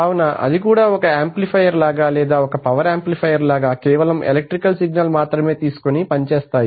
కావున అది కూడా ఒక ఆంప్లిఫయర్ లాగా లేదా ఒక పవర్ ఆంప్లిఫయర్ లాగా కేవలం ఎలక్ట్రికల్ సిగ్నల్ మాత్రమే తీసుకొని పనిచేస్తాయి